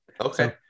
okay